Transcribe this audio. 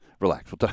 relax